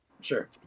Sure